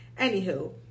anywho